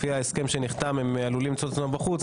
לפי ההסכם שנחתם עלולים למצוא את עצמם בחוץ.